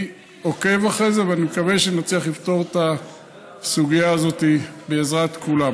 אני עוקב אחרי זה ואני מקווה שנצליח לפתור את הסוגיה הזאת בעזרת כולם.